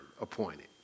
appointed